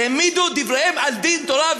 שהעמידו דבריהם על דין תורה,